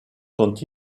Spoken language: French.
sont